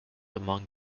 among